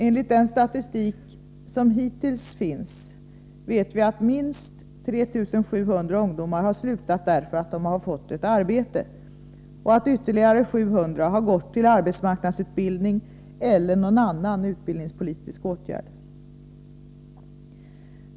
Enligt den statistik som hittills finns vet vi att minst 3 700 ungdomar har slutat därför att de har fått ett arbete och att ytterligare 700 har gått till arbetsmarknadsutbildning eller någon annan arbetsmarknadspolitisk åtgärd.